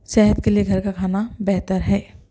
صحت کے لیے گھر کا کھانا بہتر ہے